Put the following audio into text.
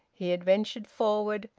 he adventured forward,